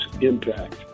impact